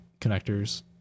connectors